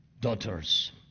daughters